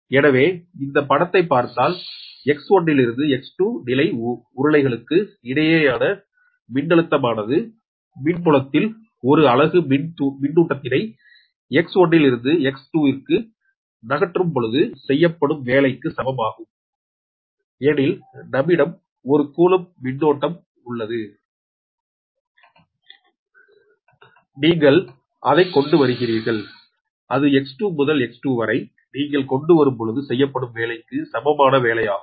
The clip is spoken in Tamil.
எனவே இந்த படத்தை பார்த்தால் X1 லிருந்து X2 நிலை உருளைகளுக்கு இடையே உள்ள மின்னழுத்தமனது மின்புலத்தில் ஒரு அழகு மின்னூட்டத்தினை X1 லிருந்து X2 ற்கு நகற்றும் பொழுது செய்யப்படும் வேலைக்கு சமம் ஆகும் எனில் நம்மிடம் ஒரு கூலொம்ப் மின்னூட்டோம் உள்ளது one Coulomb ஒப்பி charge நீங்கள் அதை கொண்டு வருகிறீர்கள் அது X2 முதல் X1 வரை நீங்கள் கொண்டு வரும் பொழுது செய்யப்படும் வேலைக்கு சமமான வேலையாகும்